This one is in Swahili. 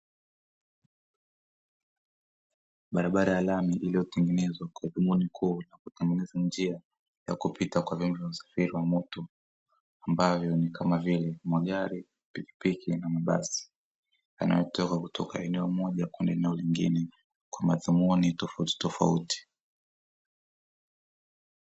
Barabara ya lami iliyotengenezwa kwa dhumuni kuu la kutengeneza njia ya kupita kwa vyombo vya usafiri wa moto ambayo ni kama vile magari, pikipiki na mabasi yanayotoka kutoka eneo moja kwenda eneo lingine kwa madhumuni tofautitofauti.